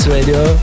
Radio